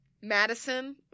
Madison